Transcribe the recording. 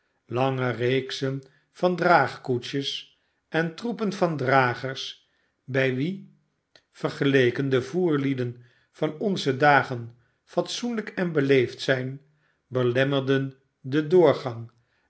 lange reeksen van draagkoetsjes en troepen van dragers bij wit vergeleken de voerlieden van onze dagen fatsoenlijk en beleefd zijn belemmerden den doorgang